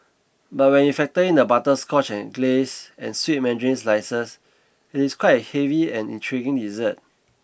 but when you factor in the butterscotch glace and sweet mandarin slices it is quite a heavy and intriguing dessert